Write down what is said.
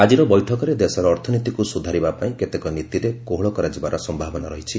ଆଜିର ବୈଠକରେ ଦେଶର ଅର୍ଥନୀତିକୁ ସୁଧାରିବା ପାଇଁ କେତେକ ନୀତିରେ କୋହଳ କରାଯିବାର ସମ୍ଭାବନା ରହିଛି